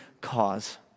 cause